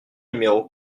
numéro